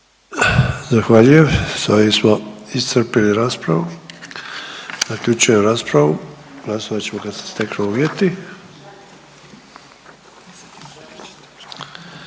Zahvaljujem. S ovim smo iscrpili raspravu. Zaključujem raspravu. Glasovat ćemo kada se steknu uvjeti.